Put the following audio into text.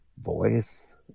voice